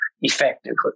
effectively